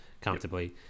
comfortably